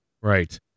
Right